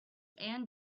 and